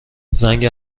زنگ